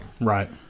Right